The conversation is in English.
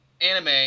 anime